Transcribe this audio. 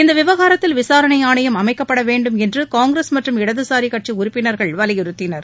இந்த விவகாரத்தில் விசாரணை ஆணையம் அமைக்கப்பட வேண்டும் என்று காங்கிரஸ் மற்றும் இடதுசாரி கட்சி உறுப்பினர்கள் வலியுறுத்தினர்